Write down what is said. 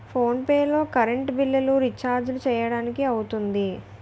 phone pay లో current బిల్లులు, రిచార్జీలు చేయడానికి అవుతుంది